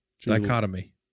Dichotomy